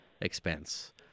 expense